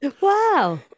wow